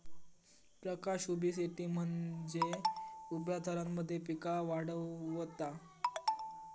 प्रकाश उभी शेती म्हनजे उभ्या थरांमध्ये पिका वाढवता